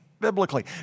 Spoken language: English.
biblically